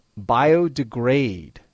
biodegrade